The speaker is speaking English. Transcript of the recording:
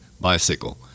bicycle